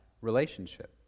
relationship